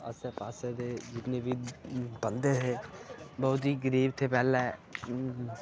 आसै पासै दे जितने बी बंदे हे बोह्त ही गरीब थे पैह्ले